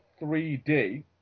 3D